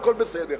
והכול בסדר.